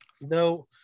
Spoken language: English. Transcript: No